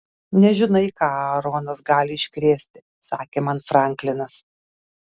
nežinai ką aaronas gali iškrėsti sakė man franklinas